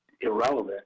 irrelevant